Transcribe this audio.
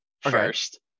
first